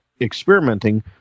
experimenting